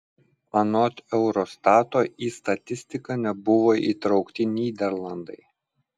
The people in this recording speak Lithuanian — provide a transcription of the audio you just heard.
anot eurostato į statistiką nebuvo įtraukti nyderlandai